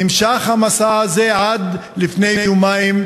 המסע הזה נמשך עד לפני יומיים,